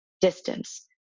distance